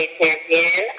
champion